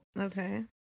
Okay